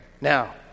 Now